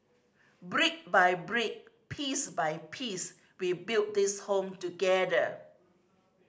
brick by brick piece by piece we build this Home together